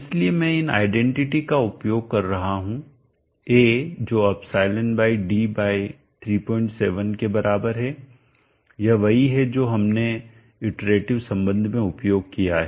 इसलिए मैं इन आइडेंटिटी का उपयोग कर रहा हूं A जो εd37 के बराबर है यह वही है जो हमने इटरेटिव संबंध में उपयोग किया है